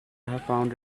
found